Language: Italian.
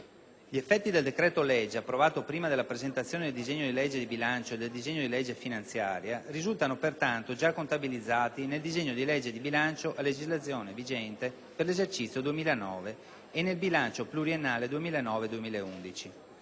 Gli effetti del decreto-legge, approvato prima della presentazione del disegno di legge di bilancio e del disegno di legge finanziaria, risultano pertanto già contabilizzati nel disegno di legge di bilancio a legislazione vigente per l'esercizio 2009 e nel bilancio pluriennale 2009-2011.